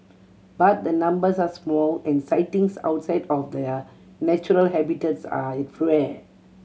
but the numbers are small and sightings outside of their natural habitats are rare